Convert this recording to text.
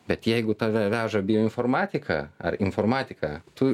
bet jeigu tave veža bioinformatika ar informatika tu